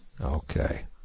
Okay